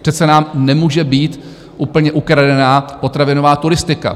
Přece nám nemůže být úplně ukradená potravinová turistika!